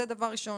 זה דבר ראשון.